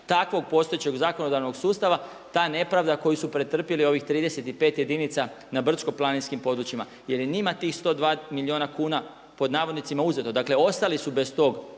takvog postojećeg zakonodavnog sustava ta nepravda koju su pretrpjeli ovih 35 jedinica na brdsko-planinskim područjima jer je njima tih 120 milijuna kuna pod navodnicima uzeto. Dakle ostali su bez tog